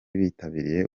bitabiriye